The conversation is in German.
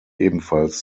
ebenfalls